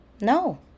No